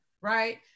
Right